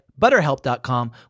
ButterHelp.com